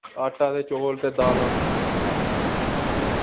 आटा चौल ते दालां